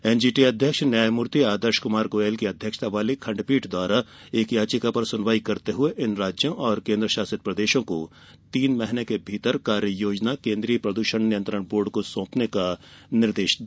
NGT अध्यक्ष न्यायमूर्ति आदर्श कुमार गोयल की अध्यक्षता वाली एक खण्डपीठ ने एक याचिका पर सुनवाई करते हुए इन राज्यों और केंद्र शासित प्रदेशों को तीन महीने के भीतर कार्ययोजना केंद्रीय प्रदूषण नियंत्रण बोर्ड को सौंपने का निर्देश दिया